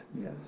Yes